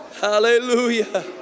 Hallelujah